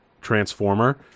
Transformer